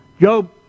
Job